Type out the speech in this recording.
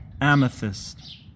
amethyst